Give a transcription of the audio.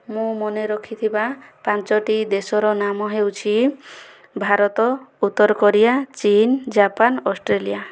ମୁଁ ମନେ ରଖିଥିବା ପାଞ୍ଚଟି ଦେଶର ନାମ ହେଉଛି ଭାରତ ଉତର କୋରିଆ ଚୀନ ଜାପାନ ଅଷ୍ଟ୍ରେଲିଆ